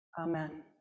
Amen